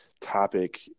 topic